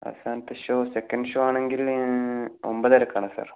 അവസാനത്തെ show second show ആണെങ്കിൽ ഒമ്പതരക്കാണ് സാർ